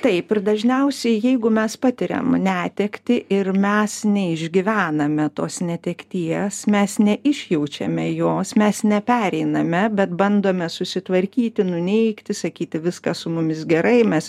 taip ir dažniausiai jeigu mes patiriam netektį ir mes neišgyvename tos netekties mes neišjaučiame jos mes nepereiname bet bandome susitvarkyti nuneigti sakyti viskas su mumis gerai mes